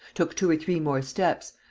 took two or three more steps,